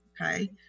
okay